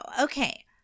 Okay